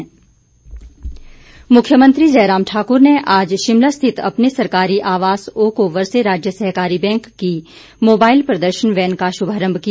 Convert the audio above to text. प्रदर्शन वैन मुख्यमंत्री जयराम ठाक्र ने आज शिमला स्थित अपने सरकारी आवास ओकओवर से राज्य सहकारी बैंक की मोबाईल प्रदर्शन वैन का शुभारंभ किया